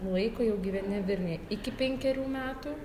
laiko jau gyveni vilniuje iki penkerių metų